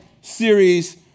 series